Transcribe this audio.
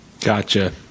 Gotcha